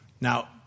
Now